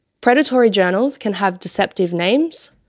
predatory journals can have deceptive names,